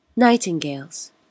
Nightingales